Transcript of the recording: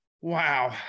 Wow